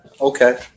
okay